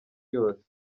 yose